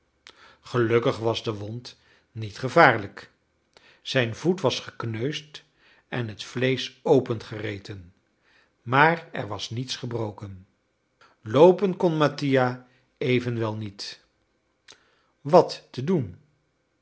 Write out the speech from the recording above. gelukkig was de wond niet gevaarlijk zijn voet was gekneusd en het vleesch opengereten maar er was niets gebroken loopen kon mattia evenwel niet wat te doen